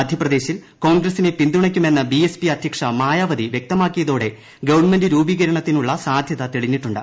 മധ്യപ്രദേശിൽ കോൺഗ്രസിനെ പിന്തുണയ്ക്കുമെന്ന് ബിഎസ്പി അദ്ധ്യക്ഷ്ട മായാവതി വ്യക്തമാക്കിയതോടെ ഗവൺമെന്റ് രൂപ്പീക്ർത്തിനുള്ള സാധ്യത തെളിഞ്ഞിട്ടുണ്ട്